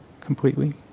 completely